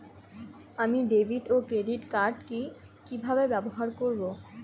আমি ডেভিড ও ক্রেডিট কার্ড কি কিভাবে ব্যবহার করব?